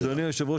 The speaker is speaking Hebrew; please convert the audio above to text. אדוני היושב-ראש,